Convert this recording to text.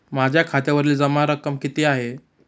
माझ्या खात्यावरील जमा रक्कम किती आहे?